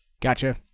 Gotcha